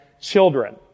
children